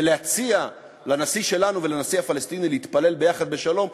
ולהציע לנשיא שלנו ולנשיא הפלסטיני להתפלל יחד לשלום,